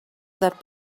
that